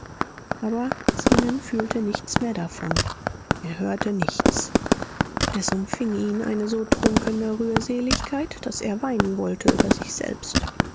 aber zenon fühlte nichts mehr davon er hörte nichts es umfing ihn eine so trunkene rührseligkeit daß er weinen wollte über sich selbst